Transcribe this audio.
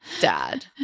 dad